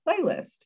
playlist